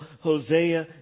Hosea